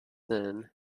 then